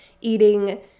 eating